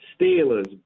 Steelers